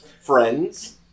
friends